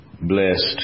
Blessed